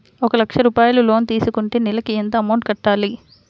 ఒక లక్ష రూపాయిలు లోన్ తీసుకుంటే నెలకి ఎంత అమౌంట్ కట్టాలి?